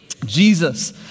Jesus